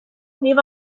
leave